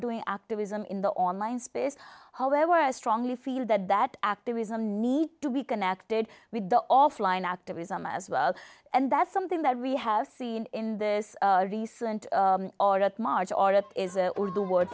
doing activism in the online space however i strongly feel that that activism needs to be connected with the offline activism as well and that's something that we have seen in this recent or that march or that is the word